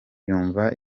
yumva